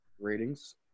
ratings